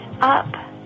up